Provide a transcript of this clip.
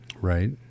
right